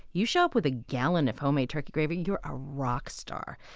you show up with a gallon of homemade turkey gravy, you're a rock star.